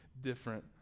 different